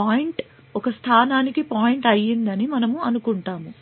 point ఒక స్థానానికి point అయ్యిందని మనము అనుకుంటాము